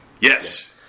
Yes